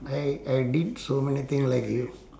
my I did so many thing like you